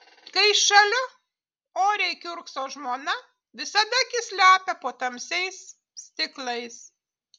kai šalia oriai kiurkso žmona visada akis slepia po tamsiais stiklais